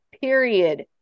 period